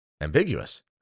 ambiguous